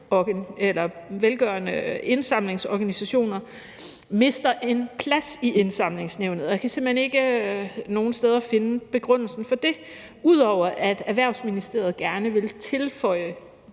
alle de velgørende indsamlingsorganisationer, mister en plads i Indsamlingsnævnet. Og jeg kan simpelt hen ikke nogen steder finde begrundelsen for det, ud over at Erhvervsministeriet gerne vil tilføje